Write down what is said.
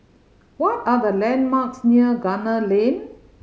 what are the landmarks near Gunner Lane